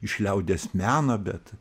iš liaudies meno bet